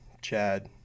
Chad